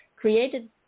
created